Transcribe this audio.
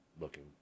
looking